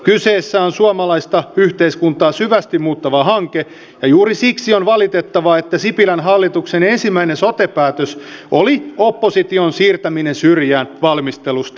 kyseessä on suomalaista yhteiskuntaa syvästi muuttava hanke ja juuri siksi on valitettavaa että sipilän hallituksen ensimmäinen sote päätös oli opposition siirtäminen syrjään valmistelusta